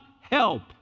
help